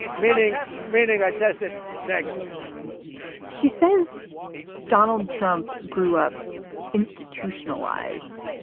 admitting meeting. i tested negative she says donald trump grew up institutionalized.